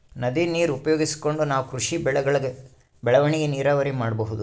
ನದಿ ನೀರ್ ಉಪಯೋಗಿಸ್ಕೊಂಡ್ ನಾವ್ ಕೃಷಿ ಬೆಳೆಗಳ್ ಬೆಳವಣಿಗಿ ನೀರಾವರಿ ಮಾಡ್ಬಹುದ್